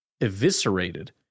eviscerated